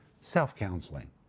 Self-counseling